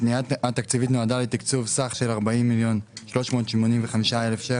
הפנייה התקציבית נועדה לתקצוב סך של 40,385,000 ₪